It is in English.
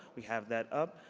we have that up.